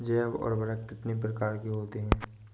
जैव उर्वरक कितनी प्रकार के होते हैं?